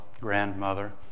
grandmother